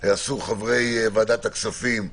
חברי ועדת הכספים,